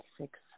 six